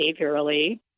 behaviorally